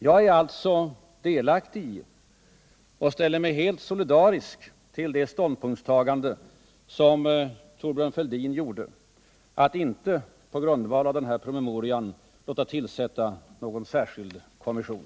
Jag är alltså delaktig i och ställer mig helt solidarisk till det ståndpunktstagande som Thorbjörn Fälldin gjorde, att inte på grundval av den här promemorian låta tillsätta någon särskild kommission.